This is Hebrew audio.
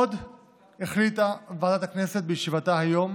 עוד החליטה ועדת הכנסת בישיבתה היום